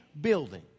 building